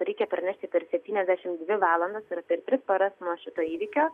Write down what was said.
reikia pranešti per septyniasdešimt dvi valandas tai yra per tris paras nuo šito įvykio